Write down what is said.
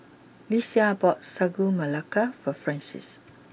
Lesia bought Sagu Melaka for Francies